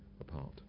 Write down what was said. apart